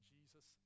Jesus